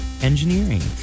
Engineering